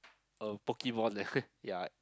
a Pokemon leh ya